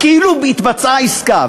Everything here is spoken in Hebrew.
כאילו התבצעה עסקה.